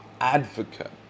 advocate